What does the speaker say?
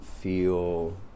feel